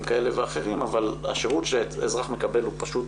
כאלה ואחרים אבל השירות שהאזרח מקבל הוא פשוט